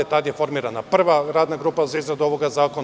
Tada je formirana prva radna grupa za izradu ovoga zakona.